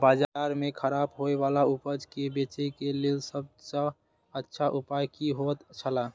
बाजार में खराब होय वाला उपज के बेचे के लेल सब सॉ अच्छा उपाय की होयत छला?